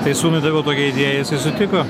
tai sūnui daviau tokią idėją jisai sutiko